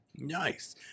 Nice